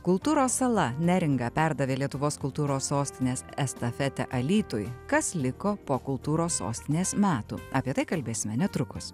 kultūros sala neringa perdavė lietuvos kultūros sostinės estafetę alytui kas liko po kultūros sostinės metų apie tai kalbėsime netrukus